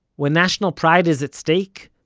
when national pride is at stake,